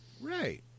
Right